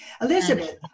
Elizabeth